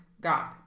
God